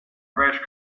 fresh